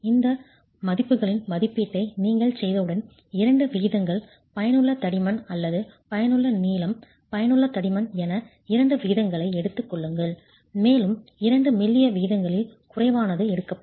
இந்த மதிப்புகளின் மதிப்பீட்டை நீங்கள் செய்தவுடன் இரண்டு விகிதங்கள் பயனுள்ள தடிமன் அல்லது பயனுள்ள நீளம் பயனுள்ள தடிமன் என இரண்டு விகிதங்களை எடுத்துக் கொள்ளுங்கள் மேலும் இரண்டு மெல்லிய விகிதங்களில் குறைவானது எடுக்கப்படும்